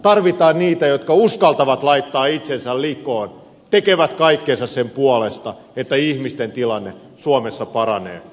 tarvitaan niitä jotka uskaltavat laittaa itsensä likoon tekevät kaikkensa sen puolesta että ihmisten tilanne suomessa paranee